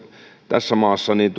tässä maassa